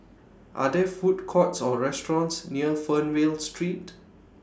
Are There Food Courts Or restaurants near Fernvale Street